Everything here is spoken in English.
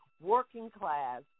working-class